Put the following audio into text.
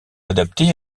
adapté